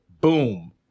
boom